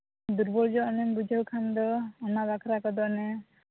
ᱫᱩᱨᱵᱚᱞ ᱧᱚᱜ ᱟᱢᱮᱢ ᱵᱩᱡᱷᱟᱹᱣ ᱠᱷᱟᱱ ᱫᱚ ᱚᱱᱟ ᱵᱟᱠᱷᱨᱟ ᱠᱚᱫᱚ ᱚᱱᱮ